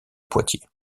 poitiers